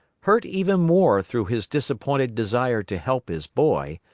hurt even more through his disappointed desire to help his boy,